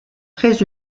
très